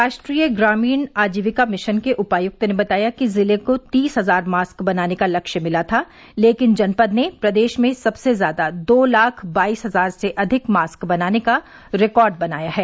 राष्ट्रीय ग्रामीण आजीविका मिशन के उपायुक्त ने बताया कि जिले को तीस हजार मास्क बनाने का लक्ष्य मिला था लेकिन जनपद ने प्रदेश में सबसे ज्यादा दो लाख बाइस हजार से अधिक मास्क बनाने का रिकार्ड बनाया है